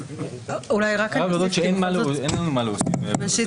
אין לנו מה להוסיף מעבר לזה.